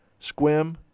Squim